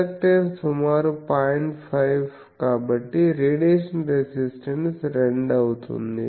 5 కాబట్టి radiation resistance 2 అవుతుంది